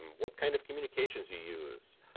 what kind of communications you use,